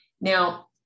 Now